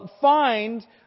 find